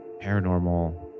paranormal